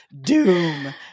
doom